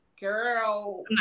Girl